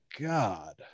God